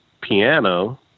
piano